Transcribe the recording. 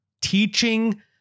teaching